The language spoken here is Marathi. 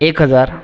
एक हजार